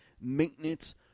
maintenance